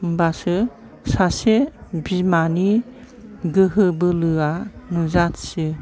होनबासो सासे बिमानि गोहो बोलोआ नुजा थियो